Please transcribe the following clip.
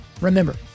Remember